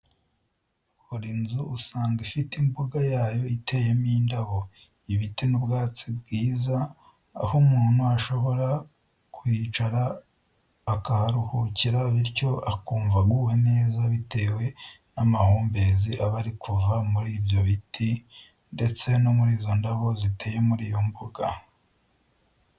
Buri nzu usanga ifite imbuga yayo iteyemo indabo ,ibiti n'utwatsi twiza. Aho umuntu ashobora kuhicara akaharuhukira bityo akumva aguwe neza bitewe n'amahumbezi aba ari kuva muri ibyo biti ndetse no muri izo ndabo ziteye muri iyo mbuga.